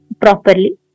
properly